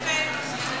בדיוק, יפה.